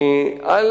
על